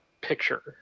picture